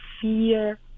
fear